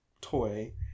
toy